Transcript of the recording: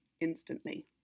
instantly